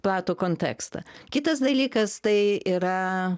platų kontekstą kitas dalykas tai yra